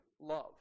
love